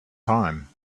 time